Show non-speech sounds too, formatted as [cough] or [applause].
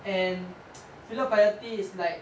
and [noise] filial piety is like